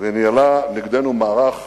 ניהלה נגדנו מערך